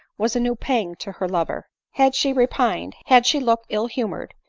was a new pang to her lover had she repined, had she look ill-humored,